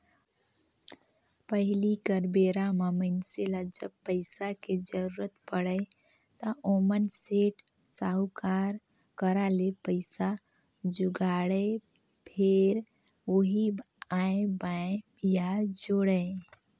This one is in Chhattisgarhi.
पहिली कर बेरा म मइनसे ल जब पइसा के जरुरत पड़य त ओमन सेठ, साहूकार करा ले पइसा जुगाड़य, फेर ओही आंए बांए बियाज जोड़य